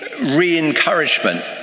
re-encouragement